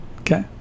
Okay